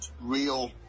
real